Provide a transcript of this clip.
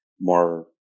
more